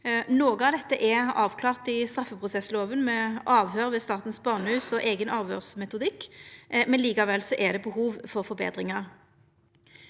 Noko av dette er avklart i straffeprosesslova, med avhøyr ved Statens barnehus og eigen avhøyrsmetodikk, men likevel er det behov for forbetringar.